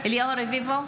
אליהו רביבו,